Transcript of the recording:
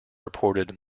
reported